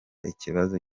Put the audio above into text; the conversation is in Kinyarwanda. ikibazo